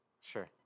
Sure